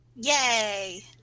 Yay